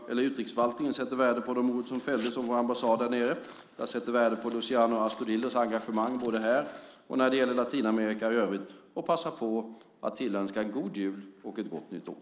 Utrikesförvaltningen sätter värde på de ord som fälldes om vår ambassad där nere. Jag sätter värde på Luciano Astudillos engagemang både här och när det gäller Latinamerika i övrigt och passar på att tillönska en god jul och ett gott nytt år.